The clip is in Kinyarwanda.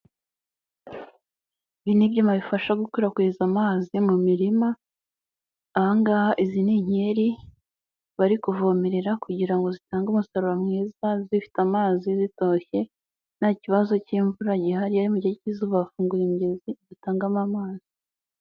Ibii ni ibyuma bifasha gukwirakwiza amazi mu mirima, ahangaha izi ni inkeri bari kuvomerera kugira ngo zitange umusaruro mwiza zifite amazi zitoshye nta kibazo cy'imvura gihari; mu gihe cy'izuba bafunguye imigezi atangamo amazi.